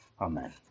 Amen